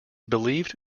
believed